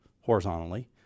horizontally